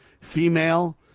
female